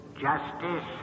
Justice